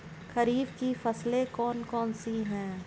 खरीफ की फसलें कौन कौन सी हैं?